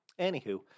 anywho